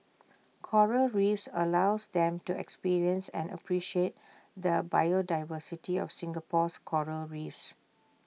Coral reefs allows them to experience and appreciate the biodiversity of Singapore's Coral reefs